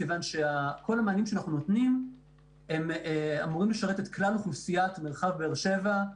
כי כל המענים שאנחנו נותנים אמורים לשרת את כלל אוכלוסיית מרחב באר שבע,